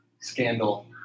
scandal